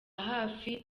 hafi